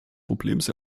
problems